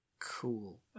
Cool